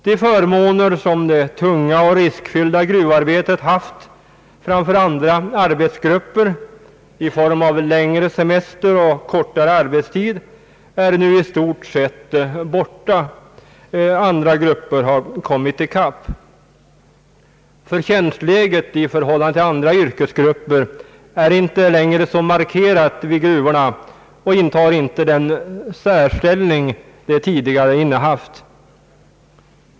De förmåner som det tunga och riskfyllda gruvarbetet haft framför andra arbeten i form av längre semester och kortare arbetstid är nu i stort sett borta. Andra grupper har kommit i kapp. Förtjänstläget i förhållande till andra yrkesgrupper är inte längre så marke rat vid gruvorna och intar inte den särställning det tidigare innehaft.